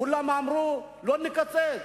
כולם אמרו: לא נקצץ.